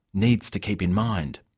needs to keep in mind.